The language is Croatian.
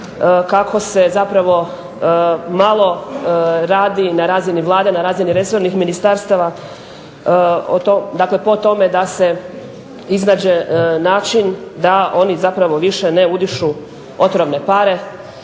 kako se zapravo malo radi na razini Vlade, na razini resornih ministarstava, dakle po tome da se iznađe način da oni zapravo više ne udišu otvorne pare,